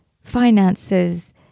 finances